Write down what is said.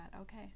okay